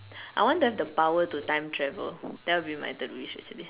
I want to have the power to time travel that will be my third wish already